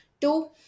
two